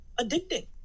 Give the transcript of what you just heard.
addicting